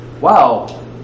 wow